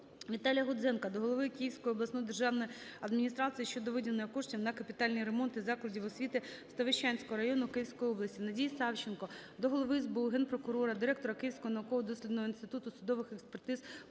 Віталія Гудзенка до голови Київської обласної державної адміністрації щодо виділення коштів на капітальні ремонти закладів освіти Ставищенського району Київської області. Надії Савченко до СБУ, Генпрокурора, директора Київського науково-дослідного інституту судових експертиз